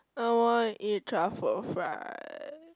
I want to eat truffle fries